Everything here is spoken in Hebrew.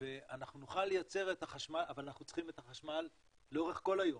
אבל אנחנו צריכים את החשמל לאורך כל היום,